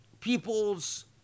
people's